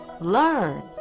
Learn